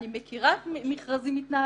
אני מכירה איך מכרזים מתנהלים,